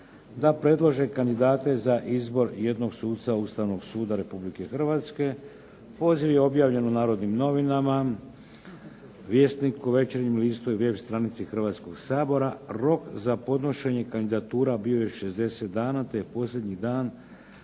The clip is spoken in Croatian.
da predlože kandidate za izbor jednog suca Ustavnog suda Republike Hrvatske. Poziv je objavljen u Narodnim novinama, Vjesniku, Večernjem listu, i web stranici Hrvatskoga sabora. Rok za podnošenje kandidatura je bio 60 dana, te posljednji dan